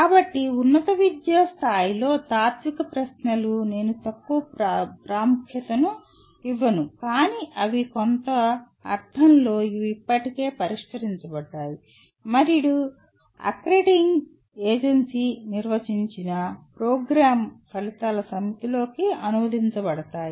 కాబట్టి ఉన్నత విద్య స్థాయిలో తాత్విక ప్రశ్నలు నేను తక్కువ ప్రాముఖ్యతనివ్వను కానీ అవి కొంత అర్థంలో అవి ఇప్పటికే పరిష్కరించబడ్డాయి మరియు అక్రెడిటింగ్ ఏజెన్సీ నిర్వచించిన ప్రోగ్రామ్ ఫలితాల సమితిలోకి అనువదించబడతాయి